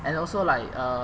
and also like err